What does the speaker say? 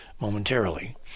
momentarily